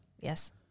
Yes